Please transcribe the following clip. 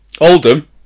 Oldham